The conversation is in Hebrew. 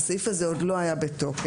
כשהסעיף הזה עוד לא היה בתוקף,